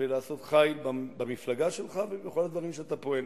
ולעשות חיל במפלגה שלך ובכל הדברים שאתה פועל.